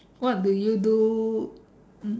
what do you do